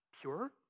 pure